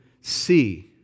see